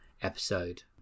episode